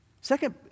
Second